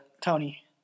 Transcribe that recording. Tony